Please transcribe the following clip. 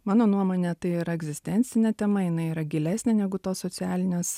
mano nuomone tai yra egzistencinė tema jinai yra gilesnė negu tos socialinės